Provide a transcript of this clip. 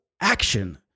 action